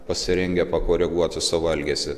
pasirengę pakoreguoti savo elgesį